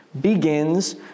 begins